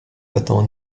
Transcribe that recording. battant